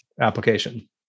application